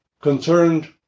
concerned